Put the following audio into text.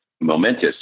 momentous